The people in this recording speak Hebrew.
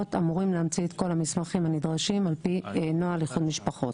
אמורים להמציא את כל המסמכים הנדרשים על פי נוהל איחוד משפחות.